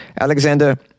Alexander